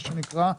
מה שנקרא,